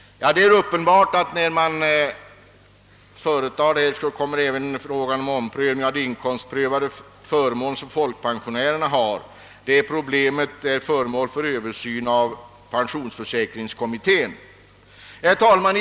Det är uppenbart att i detta sammanhang uppkommer även frågan om en omprövning av folkpensionärernas inkomstprövade förmåner. Detta problem är föremål för översyn av pensionsförsäkringskommittén. Herr talman!